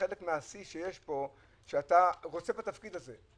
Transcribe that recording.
מהשיא שיש פה, שאתה רוצה בתפקיד הזה.